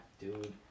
dude